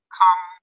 come